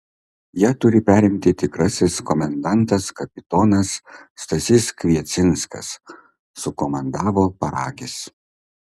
ją turi perimti tikrasis komendantas kapitonas stasys kviecinskas sukomandavo paragis